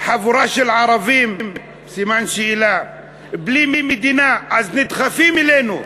חבורה של ערבים בלי מדינה אז נדחפים אלינו.